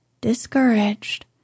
discouraged